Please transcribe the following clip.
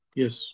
yes